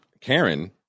Karen